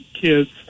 kids